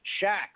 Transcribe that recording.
Shaq